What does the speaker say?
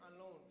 alone